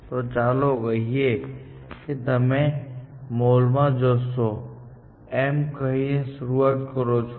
તો ચાલો કહીએ કે તમે મોલમાં જશો એમ કહીને શરૂઆત કરો છો